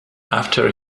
after